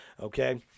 Okay